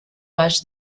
baix